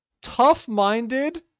tough-minded